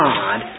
God